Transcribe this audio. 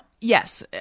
yes